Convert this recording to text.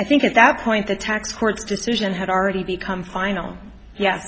i think at that point the tax court's decision had already become final ye